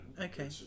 okay